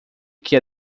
que